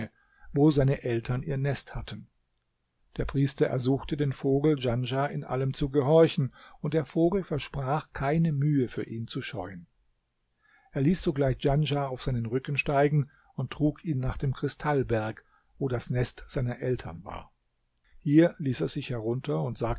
wo seine eltern ihr nest hatten der priester ersuchte den vogel djanschah in allem zu gehorchen und der vogel versprach keine mühe für ihn zu scheuen er ließ sogleich djanschah auf seinen rücken steigen und trug ihn nach dem kristallberg wo das nest seiner eltern war hier ließ er sich herunter und